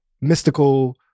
mystical